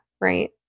right